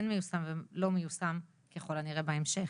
מיושם ועל מה לא מיושם ככל הנראה בהמשך.